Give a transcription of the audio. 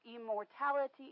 immortality